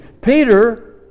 Peter